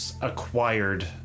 acquired